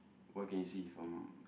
what can you see from